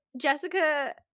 Jessica